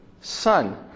Son